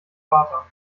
vater